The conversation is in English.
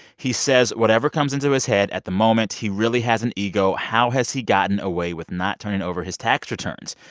he says whatever comes into his head at the moment. he really has an ego. how has he gotten away with not turning over his tax returns?